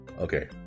Okay